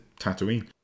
Tatooine